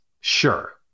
sure